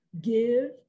give